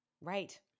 Right